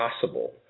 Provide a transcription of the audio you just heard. possible